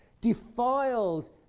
defiled